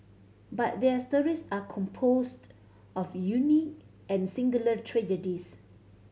but their stories are composed of unique and singular tragedies